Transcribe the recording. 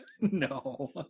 No